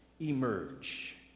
emerge